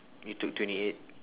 you took twenty eight